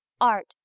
art